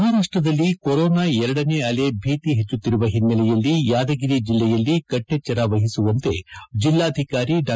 ಮಹಾರಾಷ್ವದಲ್ಲಿ corona ಎರಡನೇ ಅಲೆ ಭೀತಿ ಹೆಚ್ಚುತ್ತಿರುವ ಹಿನ್ನೆಲೆಯಲ್ಲಿ ಯಾದಗಿರಿ ಜಿಲ್ಲೆಯಲ್ಲಿ ಕಟ್ಟೆಚ್ಚರ ವಹಿಸುವಂತೆ ಜಿಲ್ಲಾಧಿಕಾರಿ ಡಾ